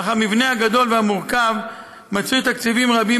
אך המבנה הגדול והמורכב מצריך תקציבים רבים